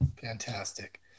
Fantastic